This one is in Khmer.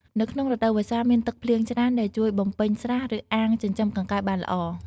នៅក្នុងរដូវវស្សាមានទឹកភ្លៀងច្រើន ដែលជួយបំពេញស្រះ ឬអាងចិញ្ចឹមកង្កែបបានល្អ។